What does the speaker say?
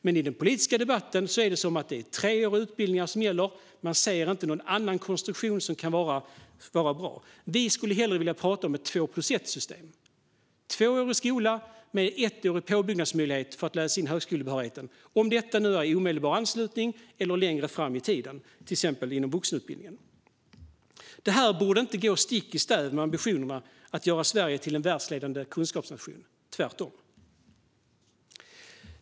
Men i den politiska debatten är det treåriga utbildningar som gäller, och man ser inte någon annan konstruktion som kan vara bra. Vi vill hellre prata om ett två-plus-ett-system, det vill säga två år i skolan med en ettårig påbyggnadsmöjlighet för att läsa in högskolebehörigheten. Detta kan ske i omedelbar anslutning eller längre fram i tiden, till exempel inom vuxenutbildningen. Det här förslaget borde inte gå stick i stäv med ambitionerna att göra Sverige till en världsledande kunskapsnation. Tvärtom!